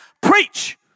Preach